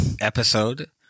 episode